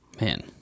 man